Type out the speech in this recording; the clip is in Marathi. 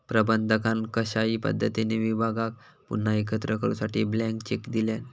प्रबंधकान कशाही पद्धतीने विभागाक पुन्हा एकत्र करूसाठी ब्लँक चेक दिल्यान